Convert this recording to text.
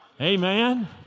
Amen